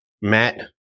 Matt